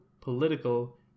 political